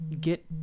get